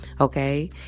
Okay